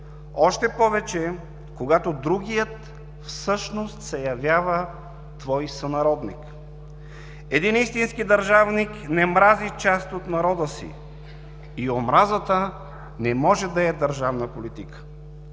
още повече, когато другият всъщност се явява твой сънародник. Един истински държавник не мрази част от народа си и омразата не може да е държавна политика.